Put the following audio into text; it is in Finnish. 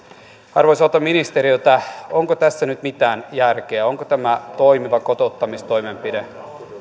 arvoisalta ministeriltä onko tässä nyt mitään järkeä onko tämä toimiva kotouttamistoimenpide